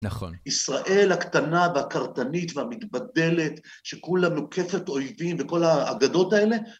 נכון. ישראל הקטנה והקרטנית והמתבדלת שכולה מוקפת אויבים בכל האגדות האלה...